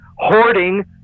hoarding